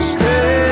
Stay